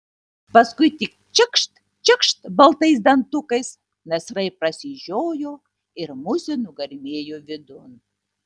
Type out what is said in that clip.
paskui tik čekšt čekšt baltais dantukais nasrai prasižiojo ir musė nugarmėjo vidun